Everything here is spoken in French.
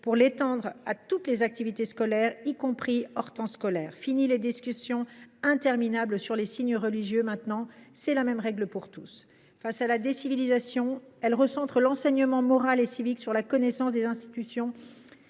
pour l’étendre à toutes les activités scolaires, y compris hors temps scolaire. Fini les discussions interminables sur les signes religieux ! Désormais s’appliquera la même règle pour tous. Face à la décivilisation, il recentre l’enseignement moral et civique sur la connaissance des institutions